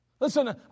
Listen